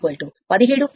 09 kilo watt